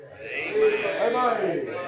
Amen